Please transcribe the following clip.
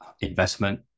investment